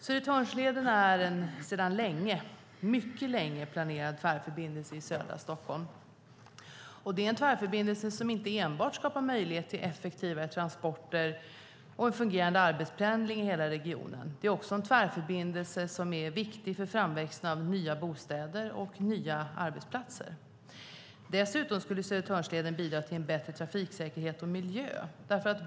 Södertörnsleden är en sedan länge, mycket länge, planerad tvärförbindelse i södra Stockholm. Den är en tvärförbindelse som inte enbart skapar möjlighet till effektivare transporter och en fungerande arbetspendling i hela regionen. Den är också en tvärförbindelse som är viktig för framväxten av nya bostäder och nya arbetsplatser. Dessutom skulle Södertörnsleden bidra till en bättre trafiksäkerhet och miljö.